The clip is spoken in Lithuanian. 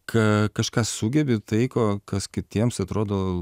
ką kažką sugebi tai ko kas kitiems atrodo